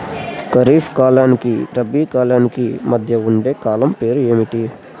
ఖరిఫ్ కాలానికి రబీ కాలానికి మధ్య ఉండే కాలం పేరు ఏమిటి?